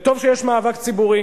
וטוב שיש מאבק ציבורי